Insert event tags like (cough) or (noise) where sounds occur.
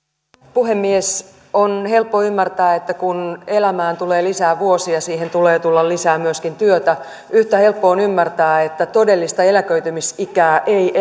puhemies on helppo ymmärtää että kun elämään tulee lisää vuosia siihen tulee tulla lisää myöskin työtä yhtä helppo on ymmärtää että todellista eläköitymisikää ei (unintelligible)